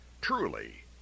truly